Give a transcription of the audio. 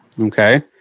okay